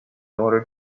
order